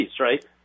right